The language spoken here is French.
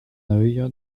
œil